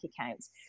accounts